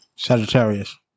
Sagittarius